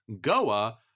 Goa